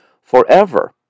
forever